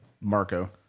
Marco